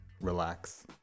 relax